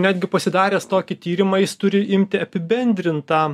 netgi pasidaręs tokį tyrimą jis turi apibendrintą